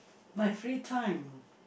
my free time